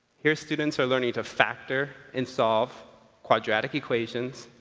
here students are learning to factor and solve quadratic equations,